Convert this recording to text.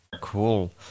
Cool